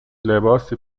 لباسی